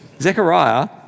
Zechariah